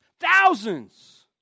Thousands